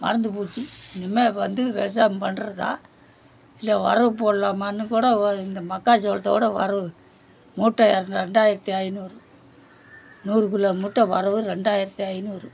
மறந்து போச்சு இனிமே வந்து விவசாயம் பண்ணுறதா இல்லை வரவு போடலாமான்னு கூட ஒரு இந்த மக்காச்சோளத்தோடய வரவு மூட்ட ரெ ரெண்டாயிரத்தி ஐநூறு நூறு கிலோ மூட்டை வரவு இரண்டாயிரத்தி ஐநூறு